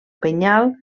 penyal